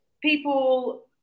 people